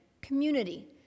community